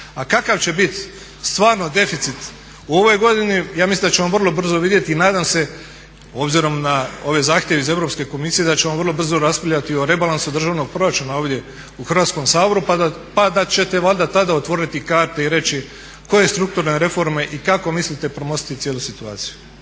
A kakav će biti stvarno deficit u ovoj godini, ja mislim da ćemo vrlo brzo vidjeti i nadam se obzirom na ove zahtjeve iz Europske komisije da ćemo vrlo brzo raspravljati o rebalansu državnog proračuna ovdje u Hrvatskom saboru pa da ćete valjda tada otvoriti karte i reći koje strukturne reforme i kako mislite premostiti cijelu situaciju.